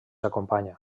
acompanya